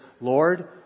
Lord